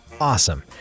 awesome